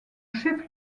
chef